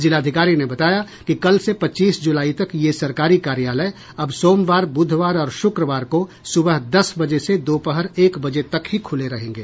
जिलाधिकारी ने बताया कि कल से पच्चीस जुलाई तक ये सरकारी कार्यालय अब सोमवार बुधवार और शुक्रवार को सुबह दस बजे से दोपहर एक बजे तक ही खुले रहेंगे